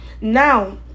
Now